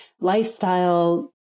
lifestyle